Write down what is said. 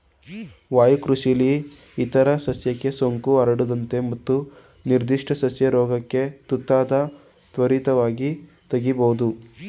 ವಾಯುಕೃಷಿಲಿ ಇತರ ಸಸ್ಯಕ್ಕೆ ಸೋಂಕು ಹರಡದಂತೆ ಮತ್ತು ನಿರ್ಧಿಷ್ಟ ಸಸ್ಯ ರೋಗಕ್ಕೆ ತುತ್ತಾದಾಗ ತ್ವರಿತವಾಗಿ ತೆಗಿಬೋದು